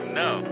no